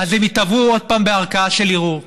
אז הם ייתבעו עוד פעם בערכאה של ערעור.